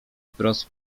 wprost